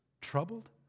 troubled